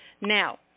now